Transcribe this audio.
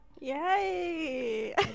yay